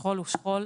שכול הוא שכול.